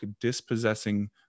Dispossessing